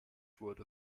wurde